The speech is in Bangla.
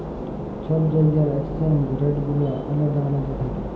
ছব জায়গার এক্সচেঞ্জ রেট গুলা আলেদা আলেদা থ্যাকে